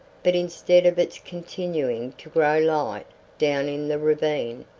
but instead of its continuing to grow light down in the ravine,